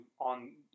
on